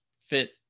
fit